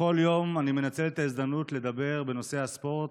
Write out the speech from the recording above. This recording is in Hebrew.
בכל יום אני מנצל את ההזדמנות לדבר בנושא הספורט,